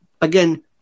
again